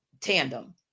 tandem